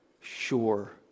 sure